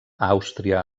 àustria